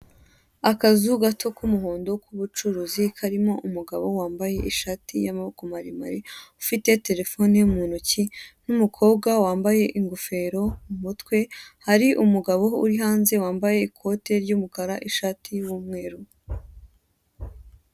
Akazu gato k'umuhondo k'ubucuruzi karimo umugabo wambaye ishati y'amaboko maremare, ufite telefoni mu ntoki, n'umukobwa wambaye ingofero mu mutwe, hari umugabo uri hanze wambaye ikote ry'umukara n'ishati y'umweru.